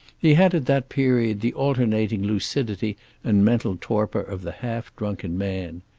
he had at that period the alternating lucidity and mental torpor of the half drunken man.